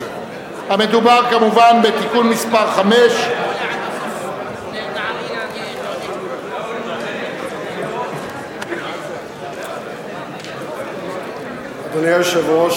מדובר כמובן בתיקון מס' 5. אדוני היושב-ראש,